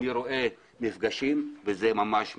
אני רואה מפגשים וזה ממש מצוין.